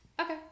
Okay